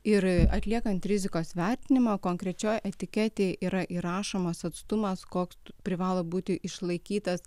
ir atliekant rizikos vertinimą konkrečioj etiketėj yra įrašomas atstumas koks privalo būti išlaikytas